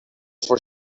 for